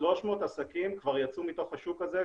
300 עסקים כבר יצאו מתוך השוק הזה,